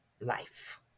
life